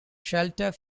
shelter